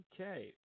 Okay